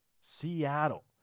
Seattle